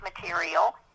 material